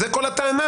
זה כל הטענה.